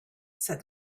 said